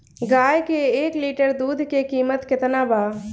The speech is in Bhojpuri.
गाय के एक लिटर दूध के कीमत केतना बा?